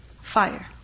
Fire